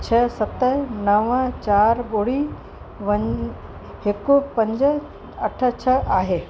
छह सत नव चारि ॿुड़ी वन हिकु पंज अठ छह आहे